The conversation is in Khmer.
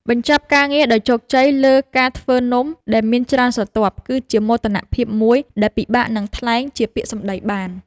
បញ្ចប់ការងារដោយជោគជ័យលើការធ្វើនំដែលមានច្រើនស្រទាប់ គឺជាមោទនភាពមួយដែលពិបាកនឹងថ្លែងជាពាក្យសម្ដីបាន។